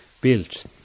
built